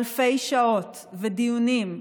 אלפי שעות ודיונים,